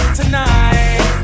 tonight